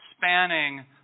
spanning